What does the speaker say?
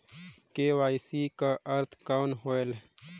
KYC कर अर्थ कौन होएल?